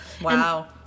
Wow